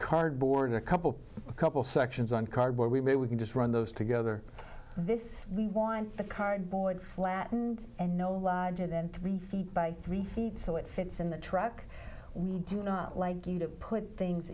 cardboard a couple a couple sections on cardboard we may we can just run those together this we want the cardboard flattened and no logic then three feet by three feet so it fits in the truck we do not like you to put things